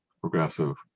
progressive